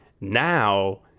Now